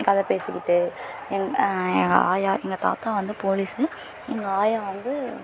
கதை பேசிக்கிட்டு எங் எங்கள் ஆயா எங்கள் தாத்தா வந்து போலீஸ்ஸு எங்கள் ஆயா வந்து